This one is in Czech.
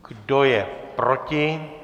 Kdo je proti?